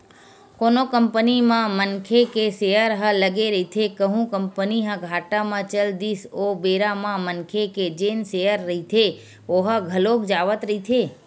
कोनो कंपनी म मनखे के सेयर ह लगे रहिथे कहूं कंपनी ह घाटा म चल दिस ओ बेरा म मनखे के जेन सेयर रहिथे ओहा घलोक जावत रहिथे